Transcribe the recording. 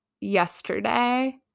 yesterday